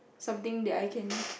something that I can